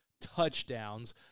touchdowns